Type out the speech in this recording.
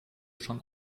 schon